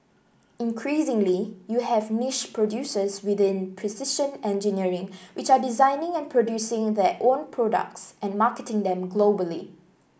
increasingly you have niche producers within precision engineering which are designing and producing their own products and marketing them globally